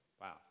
Wow